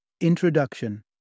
Introduction